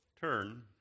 turn